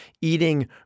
eating